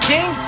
King